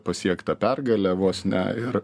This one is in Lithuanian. pasiektą pergalę vos ne ir